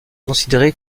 considéré